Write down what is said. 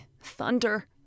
thunder